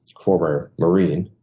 former marine,